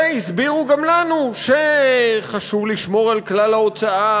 והסבירו גם לנו שחשוב לשמור על כלל ההוצאה,